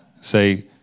Say